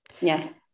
Yes